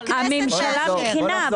הממשלה מכינה,